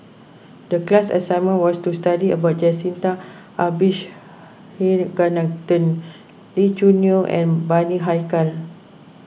the class assignment was to study about Jacintha Abisheganaden Lee Choo Neo and Bani Haykal